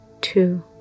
two